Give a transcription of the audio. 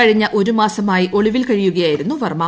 കഴിഞ്ഞ ഒരു മാസമായി ഒളിവിൽ കഴിയുകയായിരുന്നു വർമ്മ